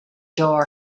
door